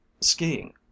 skiing